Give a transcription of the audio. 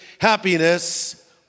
Happiness